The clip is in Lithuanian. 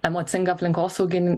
emocinga aplinkosaugin